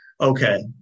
okay